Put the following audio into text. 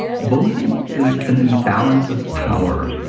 bullying is an imbalance of power,